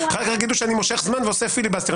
אחר כך יגידו שאני מושך זמן ועושה פיליבסטר.